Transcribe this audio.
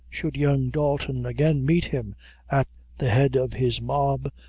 should young dalton again meet him at the head of his mob,